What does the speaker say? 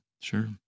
Sure